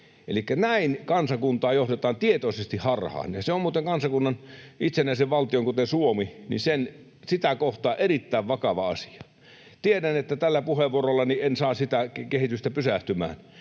Elikkä näin kansakuntaa johdetaan tietoisesti harhaan, ja se on muuten kansakuntaa, itsenäistä valtiota, kuten Suomea, kohtaan erittäin vakava asia. Tiedän, että tällä puheenvuorollani en saa sitä kehitystä pysähtymään,